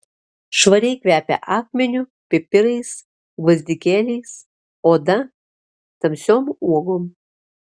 švariai kvepia akmeniu pipirais gvazdikėliais oda tamsiom uogom